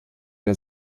der